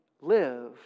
live